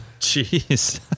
Jeez